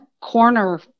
corner